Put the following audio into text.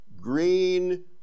green